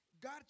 God